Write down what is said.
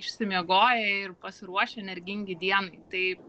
išsimiegoję ir pasiruošę energingi dienai tai